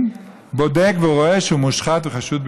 בודק ורואה שהוא מושחת וחשוד בפלילים.